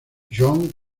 john